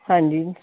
ਹਾਂਜੀ